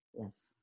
yes